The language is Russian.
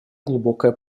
глубокая